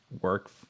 work